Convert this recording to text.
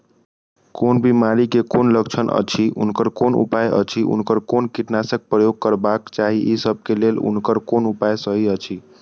कोन बिमारी के कोन लक्षण अछि उनकर कोन उपाय अछि उनकर कोन कीटनाशक प्रयोग करबाक चाही ई सब के लेल उनकर कोन उपाय सहि अछि?